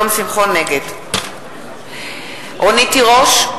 נגד רונית תירוש,